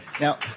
Now